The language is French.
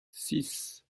six